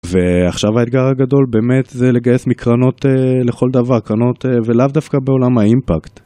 ועכשיו האתגר הגדול באמת זה לגייס מקרנות לכל דבר, קרנות - ולאו דווקא בעולם האימפקט.